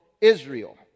Israel